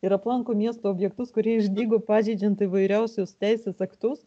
ir aplanko miesto objektus kurie išdygo pažeidžiant įvairiausius teisės aktus